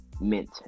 mint